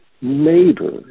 neighbor